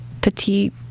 petite